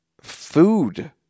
food